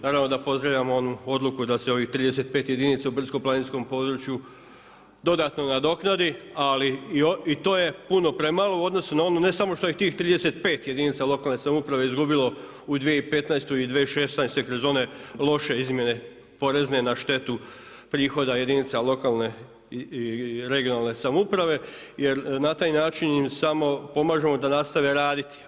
Naravno da pozdravljamo odluku da se ovih 35 jedinica u brdsko-planinskom području dodatno nadoknadi ali i to je puno premalo u odnosu na onu ne samo što je tih 35 jedinica lokalne samouprave izgubilo u 2015. i 2016. kroz one loše izmjene, porezne na štetu prihoda jedinica lokalne i regionalne samouprave jer na taj način im smo pomažemo da nastave raditi.